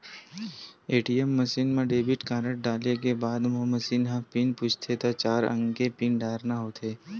ATM machine म debit card डारे के बाद म मसीन ह पिन पूछही त चार अंक के पिन डारना होथे